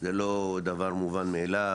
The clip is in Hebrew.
זה לא דבר מובן מאיליו.